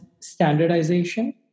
standardization